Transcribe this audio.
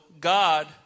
God